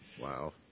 wow